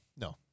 no